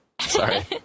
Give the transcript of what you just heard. Sorry